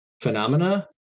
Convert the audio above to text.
Phenomena